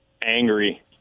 Angry